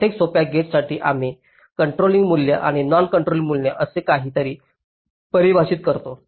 प्रत्येक सोप्या गेटसाठी आम्ही कंट्रोलिंग मूल्य आणि नॉन कंट्रोलिंग मूल्य असे काहीतरी परिभाषित करतो